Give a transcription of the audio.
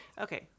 Okay